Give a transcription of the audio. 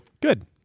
Good